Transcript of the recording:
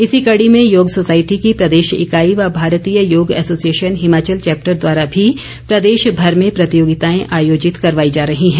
इसी कड़ी में योग सोसाइटी की प्रदेश इकाई व भारतीय योग एसोसिएशन हिमाचल चैप्टर द्वारा भी प्रदेशभर में प्रतियोगिताएं आयोजित करवाई जा रही है